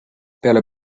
peale